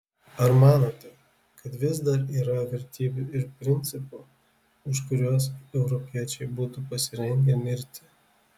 ar manote kad vis dar yra vertybių ir principų už kuriuos europiečiai būtų pasirengę mirti